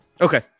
Okay